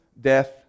death